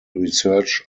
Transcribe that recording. research